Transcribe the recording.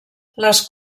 les